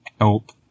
help